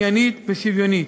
עניינית ושוויונית.